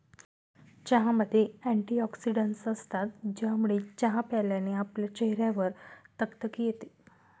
चहामध्ये अँटीऑक्सिडन्टस असतात, ज्यामुळे चहा प्यायल्याने आपल्या चेहऱ्यावर तकतकी येते